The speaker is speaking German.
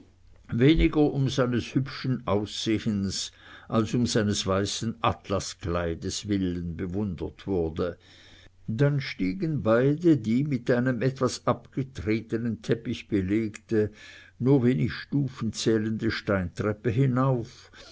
weniger um seines hübschen aussehens als um seines weißen atlaskleides willen bewundert wurde dann stiegen beide die mit einem etwas abgetretenen teppich belegte nur wenig stufen zählende steintreppe hinauf